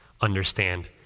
understand